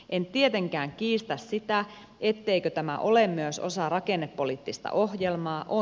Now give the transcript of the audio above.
en tietenkään kiistä sitä etteikö tämä ole myös osa rakennepoliittista ohjelmaa